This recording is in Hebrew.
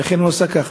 ואכן הוא עשה כך.